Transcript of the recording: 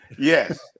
yes